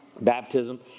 Baptism